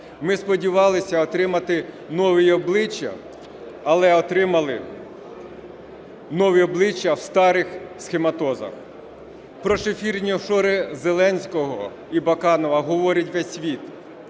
Ми сподівалися отримати нові обличчя, але отримали нові обличчя в старих схематозах. Про "шефірні" офшори Зеленського і Баканова говорить весь світ,